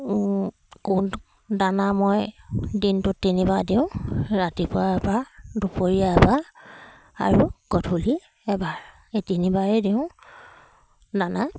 কোন দানা মই দিনটোত তিনিবাৰ দিওঁ ৰাতিপুৱা এবাৰ দুপৰীয়া এবাৰ আৰু গধূলি এবাৰ এই তিনিবাৰেই দিওঁ দানা